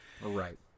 Right